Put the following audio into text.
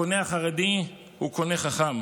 הקונה החרדי הוא קונה חכם.